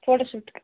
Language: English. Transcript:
photo shoot